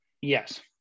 Yes